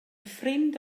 ffrind